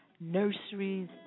nurseries